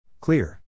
Clear